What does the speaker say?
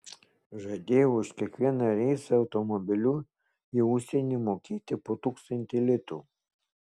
žadėjo už kiekvieną reisą automobiliu į užsienį mokėti po tūkstantį litų